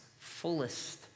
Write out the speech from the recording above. fullest